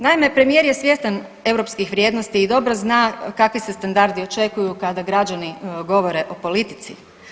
Naime, premijer je svjestan europskih vrijednosti i dobro zna kakvi se standardi očekuju kada građani govore o politici.